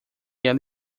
ela